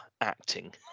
acting